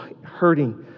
hurting